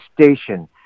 station